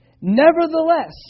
Nevertheless